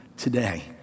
Today